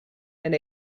and